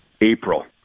April